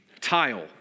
Tile